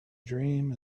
dream